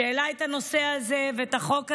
שהעלה את הנושא הזה ואת החוק הזה,